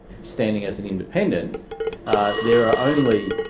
standing as an independent there are only